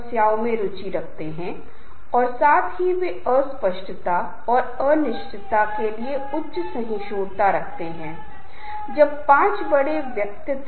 आमतौर पर लोग सोचते हैं कि वास्तव में कोई संघर्ष नहीं होना चाहिए संघर्ष अपरिहार्य है इसे टाला नहीं जा सकता